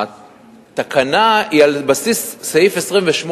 שהתקנה היא על בסיס סעיף 28(3)